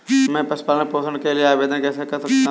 मैं पशु पालन पोषण के लिए आवेदन कैसे कर सकता हूँ?